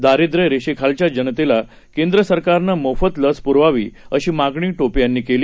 दारिद्रयरेषेखालच्याजनतेलाकेंद्रसरकारनंमोफतलसपुरवावीअशीमागणीटोपेयांनीकेली